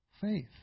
faith